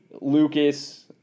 Lucas